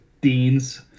Dean's